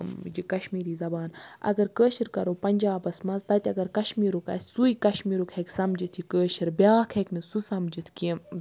یہِ کَشمیٖری زَبان اَگَر کٲشِر کَرو پَنجابَس مَنٛز تَتہِ اَگر کَشمیٖرُک آسہِ سُے کَشمیٖرُک ہیٚکہِ سَمجِتھ یہِ کٲشُر بیاکھ ہیٚکنہٕ سُہ سَمجِتھ کینٛہہ